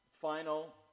final